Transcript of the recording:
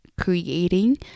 creating